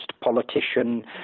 politician